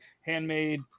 handmade